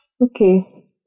Okay